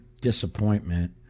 disappointment